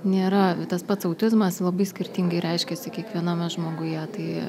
nėra tas pats autizmas labai skirtingai reiškiasi kiekviename žmoguje tai